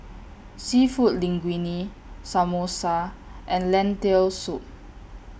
Seafood Linguine Samosa and Lentil Soup